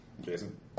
Jason